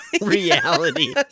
reality